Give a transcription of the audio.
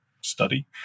study